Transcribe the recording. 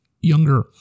younger